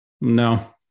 No